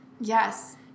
Yes